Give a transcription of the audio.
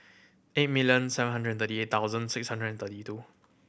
eight million seven hundred thirty eight thousand six hundred and thirty two